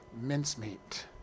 mincemeat